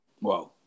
Wow